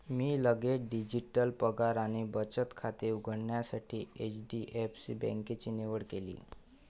मी लगेच डिजिटल पगार आणि बचत खाते उघडण्यासाठी एच.डी.एफ.सी बँकेची निवड केली